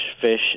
fish